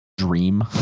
dream